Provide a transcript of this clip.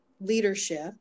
leadership